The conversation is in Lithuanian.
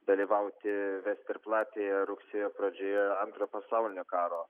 dalyvauti vesterplatėje rugsėjo pradžioje antro pasaulinio karo